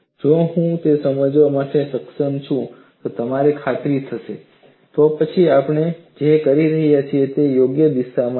જો હું તે સમજાવવા માટે સક્ષમ છું અને તમને ખાતરી થઈ છે તો પછી આપણે જે કરી રહ્યા છીએ તે યોગ્ય દિશામાં છે